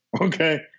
okay